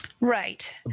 Right